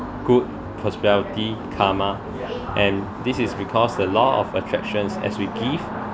good prosperity karma and this is because the law of attractions as we give